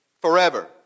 forever